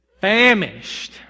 famished